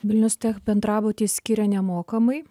vilnius tech bendrabutį skiria nemokamai